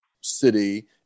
city